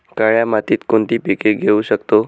काळ्या मातीत कोणती पिके घेऊ शकतो?